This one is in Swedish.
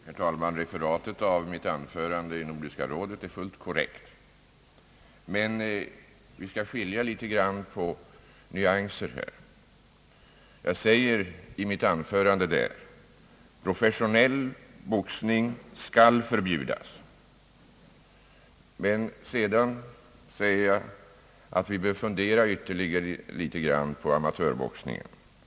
Herr talman! Referatet av mitt anförande i Nordiska rådet är fullt korrekt. Men vi skall här skilja på nyanser. Jag säger i mitt anförande att professionell boxning skall förbjudas. Men därefter säger jag att vi bör fundera ytterligare litet grand på amatörboxningen.